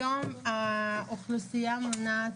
היום האוכלוסייה מונה,